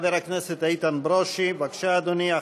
חבר הכנסת איתן ברושי, בבקשה אדוני.